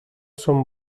són